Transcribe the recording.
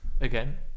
again